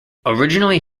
originally